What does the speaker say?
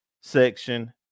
section